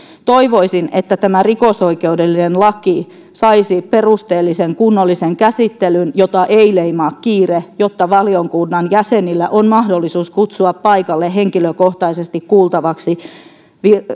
toivoisin että tämä rikosoikeudellinen laki saisi perusteellisen kunnollisen käsittelyn jota ei leimaa kiire jotta valiokunnan jäsenillä on mahdollisuus kutsua paikalle henkilökohtaisesti kuultavaksi